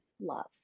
love